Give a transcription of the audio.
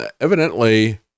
evidently